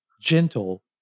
gentle